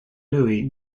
louis